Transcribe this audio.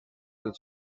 del